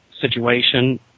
situation